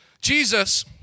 Jesus